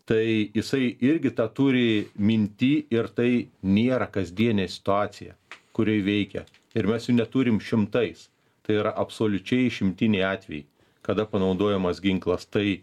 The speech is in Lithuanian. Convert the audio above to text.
tai jisai irgi tą turi minty ir tai nėra kasdienė situacija kurioj veikia ir mes jų neturim šimtais tai yra absoliučiai išimtiniai atvejai kada panaudojamas ginklas tai